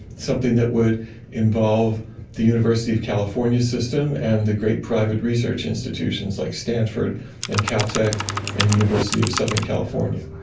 something that would involve the university of california system and the great private research institutions like stanford and caltech and the university of southern california.